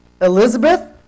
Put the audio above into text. Elizabeth